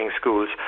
schools